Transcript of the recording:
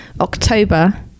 October